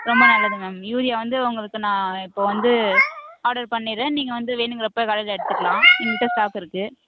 ரொம்ப நல்லது ma'am urea வந்து உங்களுக்கு நான் இப்போ வந்து ஆர்டர் பண்ணிடுறேன் நீங்கள் வந்து வேணுங்கிறப்போ கடையில் எடுத்துக்கலாம் எங்கள்கிட்ட ஸ்டாக் இருக்கு